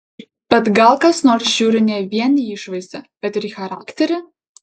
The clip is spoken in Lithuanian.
bet gal kas nors žiūri ne vien į išvaizdą bet ir į charakterį